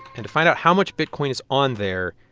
and to find out how much bitcoin is on there,